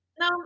No